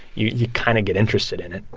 you you kind of get interested in it.